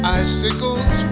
icicles